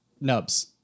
Nubs